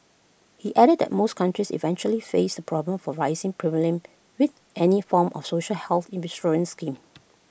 he added that most countries eventually face the problem for rising premiums with any form of social health insurance scheme